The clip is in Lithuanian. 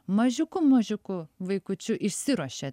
mažiuku mažiuku vaikučiu išsiruošėt